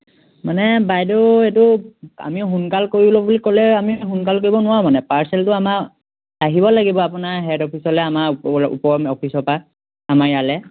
মানে বাইদেউ এইটো আমি সোনকাল কৰি ল'ব বুলি ক'লে আমি সোনকাল কৰিব নোৱাৰোঁ মানে পাৰ্চেলটো আমাৰ আহিব লাগিব আপোনাৰ হেড অফিচলে আমাৰ ওপৰ অফিচৰ পৰা আমাৰ ইয়ালে